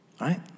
Right